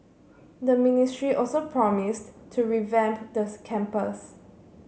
the ministry also promised to revamp campus